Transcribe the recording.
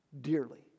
dearly